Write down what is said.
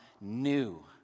new